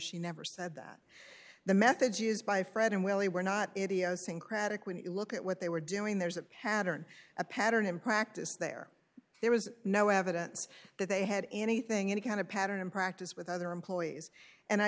she never said that the methods used by fred and willie were not idiosyncratic when you look at what they were doing there is a pattern a pattern in practice there there was no evidence that they had anything any kind of pattern and practice with other employees and i